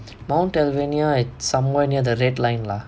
mount alvernia somewhere near the red line lah